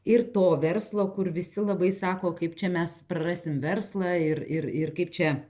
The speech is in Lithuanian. ir to verslo kur visi labai sako kaip čia mes prarasim verslą ir ir ir kaip čia